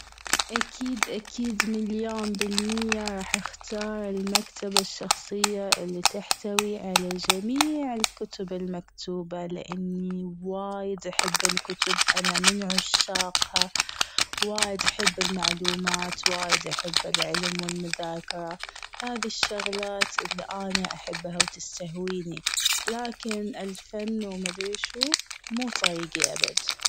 اكيد- اكيد مليون بالمية رح اختار المكتبة الشخصية اللي تحتوي على جميع الكتب المكتوبة لأني وايد أحب الكتب أنا من عشاقها. وايد أحب المعلومات وايد أحب العلم والمذاكرة، هذي الشغلات اللي انا أحبها وتستهويني. لكن الفن وما ادري وش هو ؟ مو طريقي أبد.